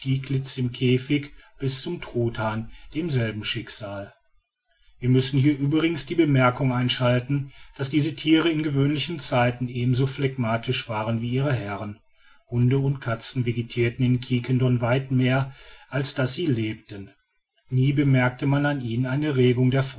im käfig bis zum truthahn demselben schicksal wir müssen hier übrigens die bemerkung einschalten daß diese thiere in gewöhnlichen zeiten ebenso phlegmatisch waren wie ihre herren hunde und katzen vegetirten in quiquendone weit mehr als daß sie lebten nie bemerkte man an ihnen eine regung der